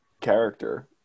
character